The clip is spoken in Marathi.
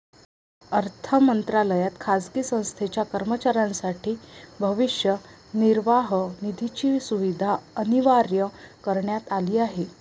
अर्थ मंत्रालयात खाजगी संस्थेच्या कर्मचाऱ्यांसाठी भविष्य निर्वाह निधीची सुविधा अनिवार्य करण्यात आली आहे